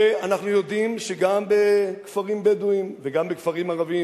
ואנחנו יודעים שגם בכפרים בדואיים וגם בכפרים ערביים,